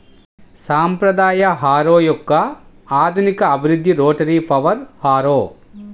సాంప్రదాయ హారో యొక్క ఆధునిక అభివృద్ధి రోటరీ పవర్ హారో